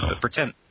pretend